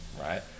right